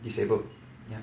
disabled